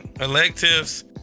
electives